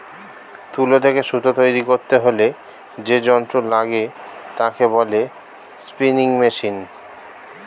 তুলো থেকে সুতো তৈরী করতে হলে যে যন্ত্র লাগে তাকে বলে স্পিনিং মেশিন